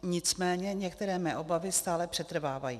Nicméně některé mé obavy stále přetrvávají.